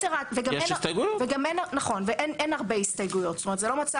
גם אין הרבה הסתייגויות.